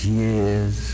years